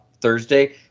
Thursday